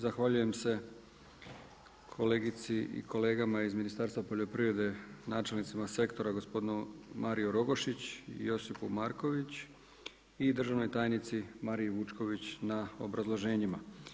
Zahvaljujem se kolegici i kolegama iz Ministarstva poljoprivrede, načelnicima sektora, gospodinu Mariu Rogošić i Josipu Marković i državnoj tajnici Mariji Vučković na obrazloženjima.